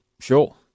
sure